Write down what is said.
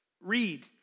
read